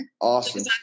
Awesome